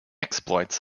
exploits